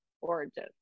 origin